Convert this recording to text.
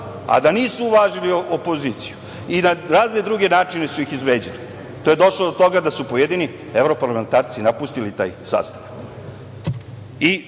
a da nisu uvažili opoziciju i na razne druge načine su ih izvređali, te je došlo do toga da su pojedini evroparlamentarci napustili taj sastanak